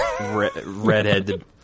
redhead